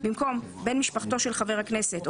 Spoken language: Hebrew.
במקום "בן משפחתו של חבר הכנסת או